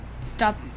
Stop